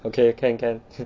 okay can can